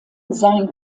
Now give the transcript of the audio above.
sein